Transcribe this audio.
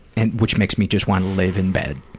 and which makes me just want to live in bed.